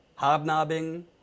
hobnobbing